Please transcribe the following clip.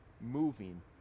Moving